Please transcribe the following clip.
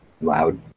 loud